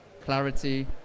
clarity